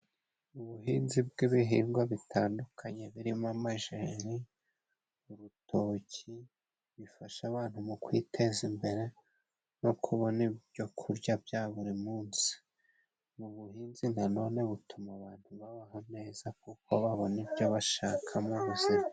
Ubuhinzi bw'ibihingwa bitandukanye birimo amajeri urutoki, bifasha abantu mu kwiteza imbere, no kubona ibyo kurya bya buri munsi. Mu buhinzi na none butuma abantu babaho neza kuko babona ibyo bashaka mu buzima.